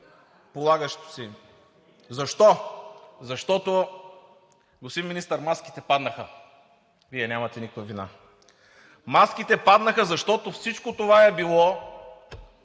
полагащото им се! Защо? Защото, господин Министър, маските паднаха. Вие нямате никаква вина. Маските паднаха, защото всичко това е било,